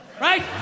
right